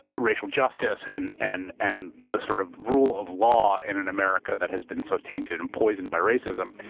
racial justice and and and the sort of rule of law in an america that has been so tainted and poisoned by racism.